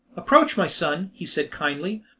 approach, my son, he said kindly.